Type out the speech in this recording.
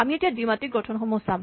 আমি এতিয়া দ্বিমাত্ৰিক গঠনসমূহ চাম